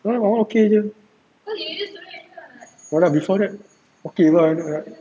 no [what] my [one] okay jer no lah before that okay [what]